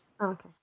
Okay